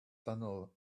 tunnel